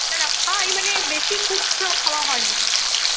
না না খাই মানে বেশি খুব খাওয়া হয় না আর কি